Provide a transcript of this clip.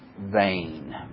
vain